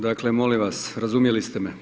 Dakle, molim vas, razumjeli ste me.